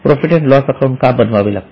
profit and loss account का बनवावे लागले